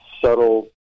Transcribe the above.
subtle